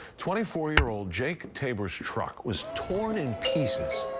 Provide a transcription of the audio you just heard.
twenty four year old jake taber's truck was torn in pieces,